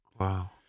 Wow